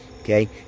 Okay